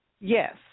yes